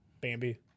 bambi